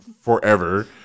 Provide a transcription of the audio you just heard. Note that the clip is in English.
forever